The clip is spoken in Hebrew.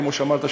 כמו שאמרת,